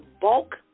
bulk